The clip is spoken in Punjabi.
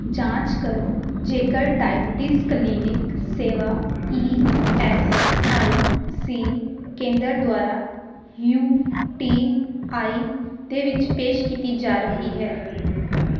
ਜਾਂਚ ਕਰੋ ਜੇਕਰ ਡਾਇਬੀਟੀਜ਼ ਕਲੀਨਿਕ ਸੇਵਾ ਈ ਐਸ ਆਈ ਸੀ ਕੇਂਦਰ ਦੁਆਰਾ ਯੂ ਟੀ ਆਈ ਦੇ ਵਿੱਚ ਪੇਸ਼ ਕੀਤੀ ਜਾ ਰਹੀ ਹੈ